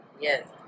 Yes